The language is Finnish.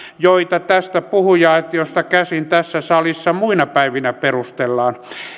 joita tästä puhuja aitiosta käsin tässä salissa muina päivinä perustellaan